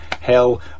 hell